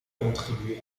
contribué